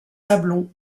sablons